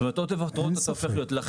זה הופך להיות עודף התראות.